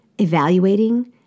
evaluating